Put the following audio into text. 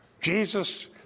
Jesus